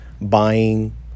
buying